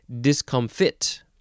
discomfit